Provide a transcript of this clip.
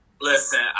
Listen